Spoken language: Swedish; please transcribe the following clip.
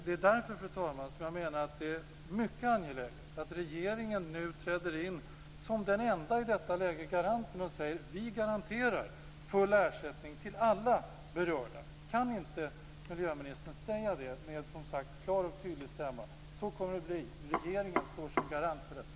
Det är därför, fru talman, som jag menar att det är mycket angeläget att regeringen i detta läge träder in som den enda garanten och säger: Vi garanterar full ersättning till alla berörda. Kan inte miljöministern säga med klar och tydlig stämma att så kommer det att bli; regeringen står som garant för detta?